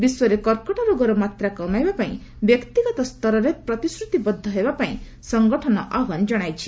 ବିଶ୍ୱରେ କର୍କଟ ରୋଗର ମାତ୍ରା କମାଇବା ପାଇଁ ବ୍ୟକ୍ତିଗତ ସ୍ତରରେ ପ୍ରତିଶ୍ରୁତିବଦ୍ଧ ହେବା ପାଇଁ ସଙ୍ଗଠନ ଆହ୍ୱାନ ଜଣାଇଛି